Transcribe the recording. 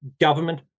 government